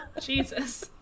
Jesus